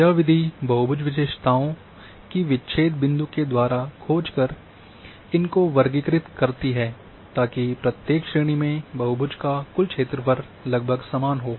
यह विधि बहुभुज विशेषताओं की विच्छेद बिंदु के द्वारा खोज कर इनको वर्गीकृत करती है ताकि प्रत्येक श्रेणी में बहुभुज का कुल क्षेत्रफल लगभग समान हो